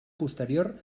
posterior